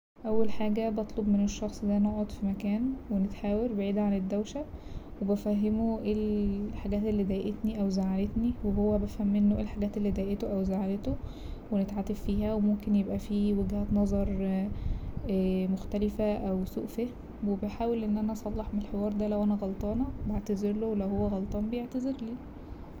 اول حاجة بطلب من الشخص اننا نقعد في مكان ونتحاور بعيد عن الدوشة وبفهمه ايه الحاجات اللي ضايقتني أو زعلتني وهو بفهم منه ايه الحاجات اللي ضايقته أو زعلته ونتعاتب فيها وممكن يبقى فيه وجهات نظر مختلفة أو سوء فهم و بحاول ان انا اصلح من الحوار ده لو انا غلطانة بعتذر له ولو هو غلطان بيعتذر لي.